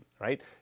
right